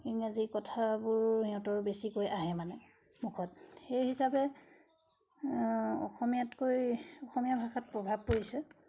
ইংৰাজী কথাবোৰ সিহঁতৰ বেছিকৈ আহে মানে মুখত সেই হিচাপে অসমীয়াতকৈ অসমীয়া ভাষাত প্ৰভাৱ পৰিছে